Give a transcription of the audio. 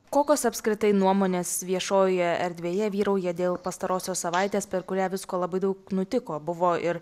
kokios apskritai nuomonės viešojoje erdvėje vyrauja dėl pastarosios savaitės per kurią visko labai daug nutiko buvo ir